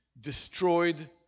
destroyed